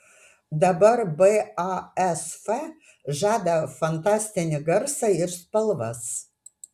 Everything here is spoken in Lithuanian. dabar basf žada fantastinį garsą ir spalvas